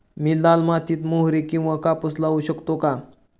मी लाल मातीत मोहरी किंवा कापूस लावू शकतो का?